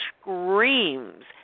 screams